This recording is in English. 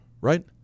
right